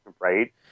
right